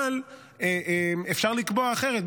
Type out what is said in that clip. אבל אפשר לקבוע אחרת,